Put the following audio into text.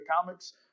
comics